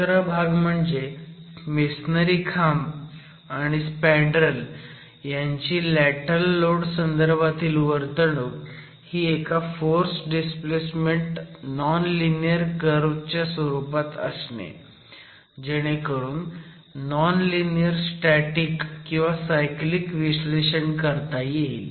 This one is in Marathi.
दुसरा भाग म्हणजे मेसनरी खांब आणि स्पँडरेल ह्यांची लॅटरल लोड संदर्भातील वर्तणूक ही एका force displacement non linear curve च्या स्वरूपात असणे जेणेकरून नॉन लिनीयर स्टॅटिक किंवा सायक्लिक विश्लेषण करता येईल